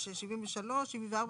יש 73, 74 ו-75,